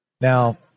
Now